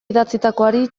idatzitakoari